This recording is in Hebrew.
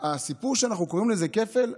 הסיפור שאנחנו קוראים לזה כפל,